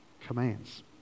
commands